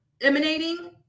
emanating